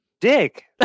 Dick